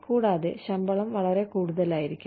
കൂടാതെ ശമ്പളം വളരെ കൂടുതലായിരിക്കാം